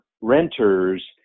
renters